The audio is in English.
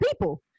people